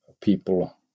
people